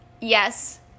Yes